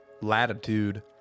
latitude